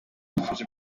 dufashe